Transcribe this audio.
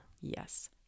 Yes